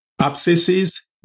abscesses